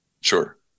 sure